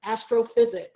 astrophysics